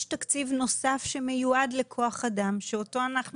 יש תקציב נוסף שמיועד לכוח אדם שאותו אנחנו